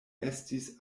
estis